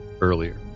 earlier